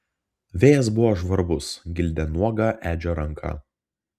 vėjas buvo žvarbus gildė nuogą edžio ranką